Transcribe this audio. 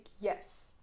yes